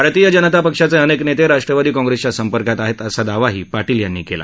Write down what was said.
भारतीय जनता पक्षाचे अनेक नेते राष्ट्रवादी काँग्रेसच्या संपर्कात आहेत असा दावाही पाटील यांनी केला